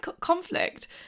conflict